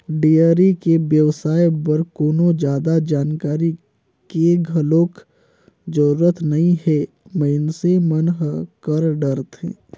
dairy के बेवसाय बर कोनो जादा जानकारी के घलोक जरूरत नइ हे मइनसे मन ह कर डरथे